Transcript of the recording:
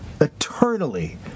Eternally